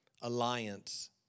Alliance